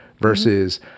versus